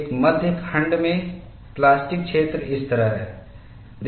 एक मध्य खंड में प्लास्टिक क्षेत्र इस तरह है